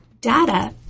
Data